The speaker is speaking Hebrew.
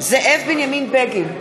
זאב בנימין בגין,